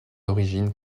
origines